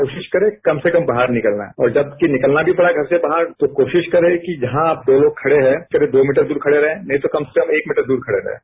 कोशिरा करे कम से कम बाहर निकलना और जबकि निकलना भी पढ़ा घर से बाहर तो कोशिश करें कि जहां आप दो तोग खड़े हैं करीब दो मीटर दूर खड़ें रहें नहीं तो कम से कम एक मीटर दूर खड़े रहें